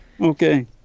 Okay